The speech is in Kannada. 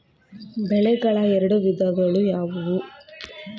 ಬೆಳೆಗಳ ಎರಡು ವಿಧಗಳು ಯಾವುವು?